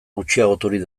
gutxiagoturik